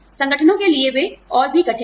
संगठनों के लिए वे और भी कठिन हैं